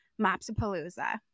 Mopsapalooza